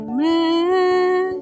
man